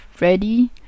ready